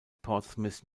portsmouth